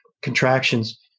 contractions